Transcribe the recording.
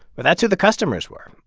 but that's who the customers were.